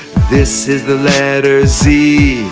this is the letter z